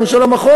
גם של המחוז,